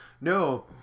no